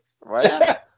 right